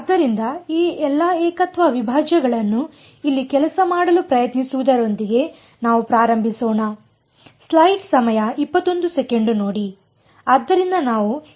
ಆದ್ದರಿಂದ ಈ ಎಲ್ಲ ಏಕತ್ವ ಅವಿಭಾಜ್ಯಗಳನ್ನು ಇಲ್ಲಿ ಕೆಲಸ ಮಾಡಲು ಪ್ರಯತ್ನಿಸುವುದರೊಂದಿಗೆ ನಾವು ಪ್ರಾರಂಭಿಸೋಣ